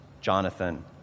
Jonathan